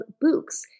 Books